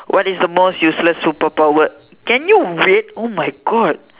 what is the most useless superpower can you wait oh my God